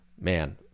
Man